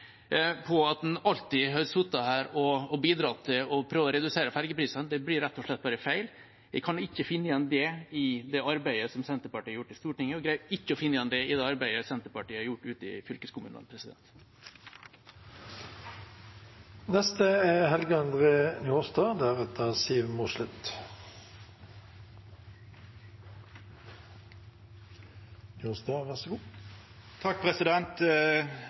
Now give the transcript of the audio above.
at de alltid har sittet her og bidratt til å prøve å redusere ferjepriser, det blir rett og slett bare feil. Jeg kan ikke finne igjen det i det arbeidet som Senterpartiet har gjort i Stortinget, og jeg greier ikke å finne det igjen i det arbeidet Senterpartiet har gjort ute i fylkeskommunene.